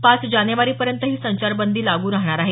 पाच जानेवारीपर्यंत ही संचारबंदी लागू राहणार आहे